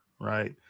right